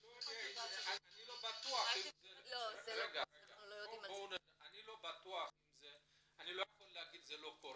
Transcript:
אני לא בטוח, אני לא יכול להגיד שזה לא קורה.